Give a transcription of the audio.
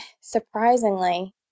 surprisingly